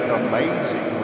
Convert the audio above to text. amazing